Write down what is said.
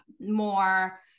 more